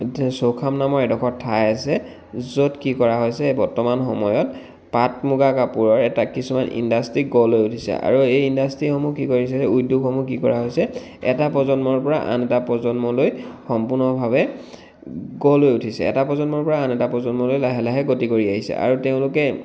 চৌখাম নামৰ এডোখৰ ঠাই আছে য'ত কি কৰা হৈছে বৰ্তমান সময়ত পাট মুগা কাপোৰৰ এটা কিছুমান ইণ্ডাষ্ট্ৰী গঢ় লৈ উঠিছে আৰু এই ইণ্ডাষ্ট্ৰীসমূহ কি কৰিছে উদ্যোগসমূহ কি কৰা হৈছে এটা প্ৰজন্মৰ পৰা আন এটা প্ৰজন্মলৈ সম্পূৰ্ণভাৱে গঢ় লৈ উঠিছে এটা প্ৰজন্মৰ পৰা আন এটা প্ৰজন্মলৈ লাহে লাহে গতি কৰি আহিছে আৰু তেওঁলোকে